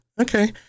Okay